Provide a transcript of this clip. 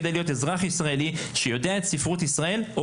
עובר כדי להיות ישראלי שיודע את ספרות ישראל.